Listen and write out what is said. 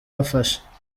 afasha